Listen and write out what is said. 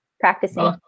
practicing